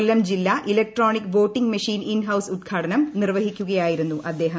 കൊല്ലം ജില്ലാ electronic voting machine in house ഉദ്ഘാടനം നിർവഹിക്കുകയായിരുന്നു അദ്ദേഹം